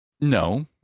No